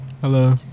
Hello